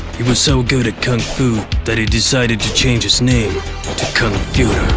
he was so good at kung fu, that he decided to change his name to kung